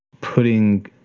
putting